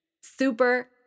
Super